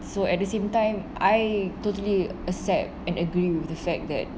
so at the same time I totally accept and agree with the fact that